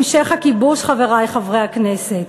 המשך הכיבוש, חברי חברי הכנסת,